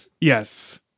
Yes